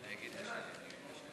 אדוני היושב-ראש,